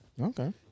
Okay